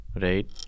right